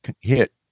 hit